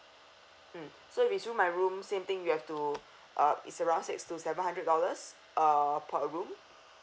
mm so if it's room by room same thing you have to uh it's around six to seven hundred dollars uh per room